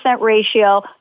ratio